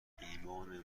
ایمان